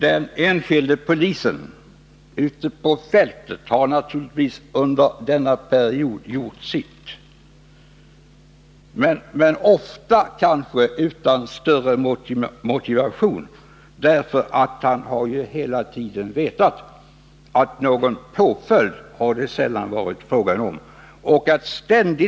Den enskilde polisen ute på fältet har naturligtvis under den gångna perioden gjort sitt, men ofta kanske utan större motivation. Han har ju hela tiden vetat att det sällan varit fråga om någon påföljd.